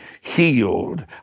healed